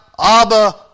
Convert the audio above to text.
Abba